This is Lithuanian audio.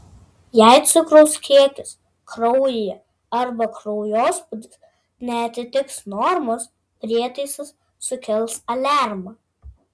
jei cukraus kiekis kraujyje arba kraujospūdis neatitiks normos prietaisas sukels aliarmą